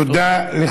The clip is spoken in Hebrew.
תודה.